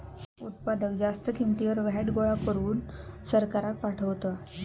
उत्पादक जास्त किंमतीवर व्हॅट गोळा करून सरकाराक पाठवता